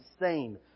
insane